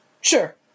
Sure